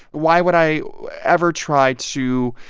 why would i ever try to,